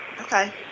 Okay